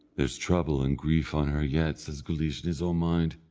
there's trouble and grief on her yet, said guleesh in his own mind,